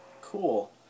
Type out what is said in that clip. Cool